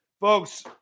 Folks